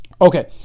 Okay